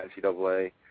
NCAA